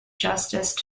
justice